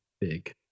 big